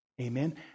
Amen